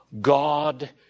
God